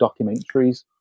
documentaries